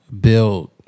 build